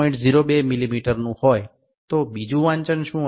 02 મીમીનું હોય તો બીજું વાંચન શું હશે